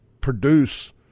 produce